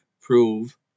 prove